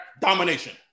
domination